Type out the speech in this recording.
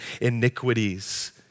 iniquities